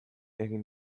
egin